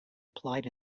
applied